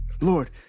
Lord